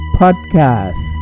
podcast